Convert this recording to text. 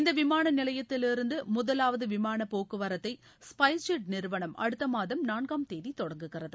இந்த விமான நிலையத்திலிருந்து முதலாவது விமானப் போக்குவரத்தை ஸ்பைஸ் ஜெட் நிறுவனம் அடுத்த மாதம் நான்காம் தேதி தொடங்குகிறது